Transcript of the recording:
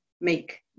make